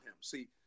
see